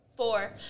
Four